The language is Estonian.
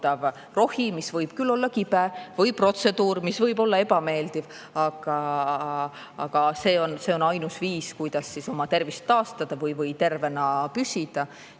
rohi, mis võib küll olla kibe, või protseduur, mis võib olla ebameeldiv, aga see on ainus viis, kuidas oma tervist taastada või tervena püsida.